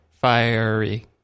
fiery